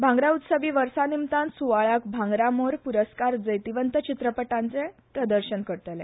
भागरा उत्सवी वर्सा निमतान सुवाळ्याक भांगरा मोर पुरस्कार जैतिवंत चित्रपटांचे प्रजर्सन करतले